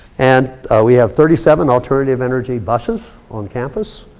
and we have thirty seven alternative energy buses on campus.